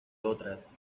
otras